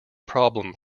problem